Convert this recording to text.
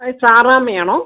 സാറാമ്മയാണോ